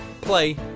play